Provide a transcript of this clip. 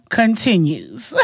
continues